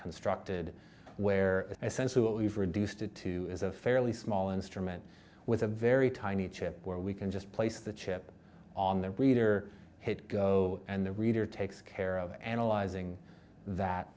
constructed where essentially what we've reduced it to is a fairly small instrument with a very tiny chip where we can just place the chip on their reader hit go and the reader takes care of analyzing that